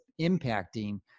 impacting